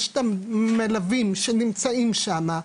יש את המלווים שנמצאים שם,